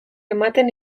ematen